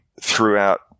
throughout